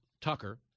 Tucker